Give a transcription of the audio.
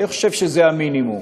אני חושב שזה המינימום,